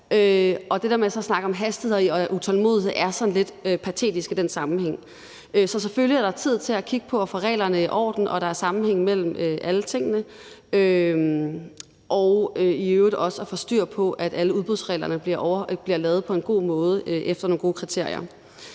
der med at snakke om hastighed og utålmodighed er sådan lidt patetisk i den sammenhæng. Selvfølgelig er der tid til at kigge på at få reglerne i orden og sikre, at der er sammenhæng imellem alle tingene, og i øvrigt også at få styr på, at alle udbudsreglerne bliver lavet på en god måde og efter nogle gode kriterier.